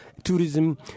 tourism